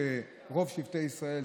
שרוב שבטי ישראל,